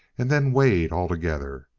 and then weighed altogether.